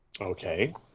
Okay